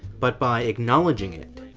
but by acknowledging it,